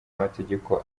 mategeko